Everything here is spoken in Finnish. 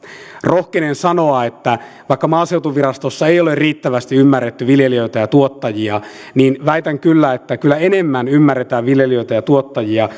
rohkenen kyllä väittää vaikka maaseutuvirastossa ei ole riittävästi ymmärretty viljelijöitä ja tuottajia että kyllä enemmän ymmärretään viljelijöitä ja tuottajia